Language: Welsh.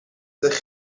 ydych